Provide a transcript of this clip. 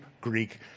Greek